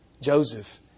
Joseph